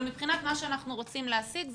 אבל מבחינת מה שאנחנו רוצים להשיג,